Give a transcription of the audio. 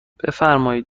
بفرمایید